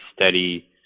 steady